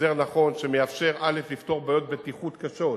הסדר נכון, שמאפשר לפתור בעיות בטיחות קשות,